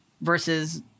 versus